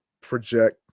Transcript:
project